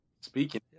Speaking